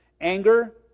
Anger